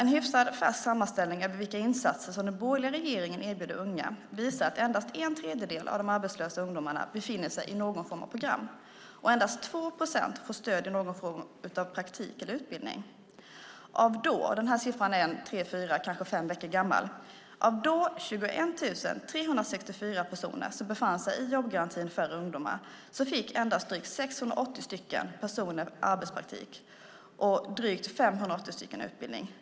En hyfsat färsk sammanställning av de insatser som den borgerliga regeringen erbjuder unga visar att endast en tredjedel av de arbetslösa ungdomarna befinner sig i någon form av program, och endast 2 procent får stöd i någon form av praktik eller utbildning. Av de 21 364 personer - den siffran är tre fyra, kanske fem veckor gammal - som befann sig i jobbgarantin för ungdomar fick endast drygt 680 personer arbetspraktik och drygt 580 personer utbildning.